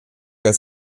als